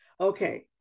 Okay